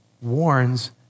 warns